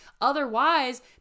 Otherwise